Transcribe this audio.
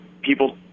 people